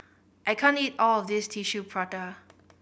I can't eat all of this Tissue Prata